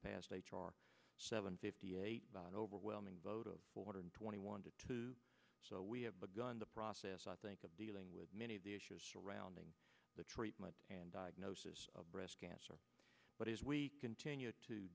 passed h r seven fifty eight by an overwhelming vote of one hundred twenty one to two so we have begun the process i think of dealing with many of the issues surrounding the treatment and diagnosis of breast cancer but as we continue to